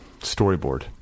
storyboard